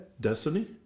Destiny